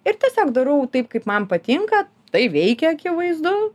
ir tiesiog darau taip kaip man patinka tai veikia akivaizdu